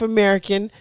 American